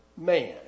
man